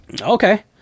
Okay